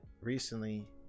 recently